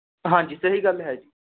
ਹਾਂਜੀ ਸਹੀ ਗੱਲ ਹੈ ਜੀ